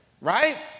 right